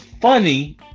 funny